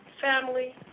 family